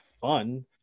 fun